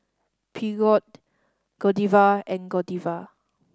Peugeot Godiva and Godiva